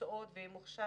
כמקצועות וזה פוגע